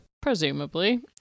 Presumably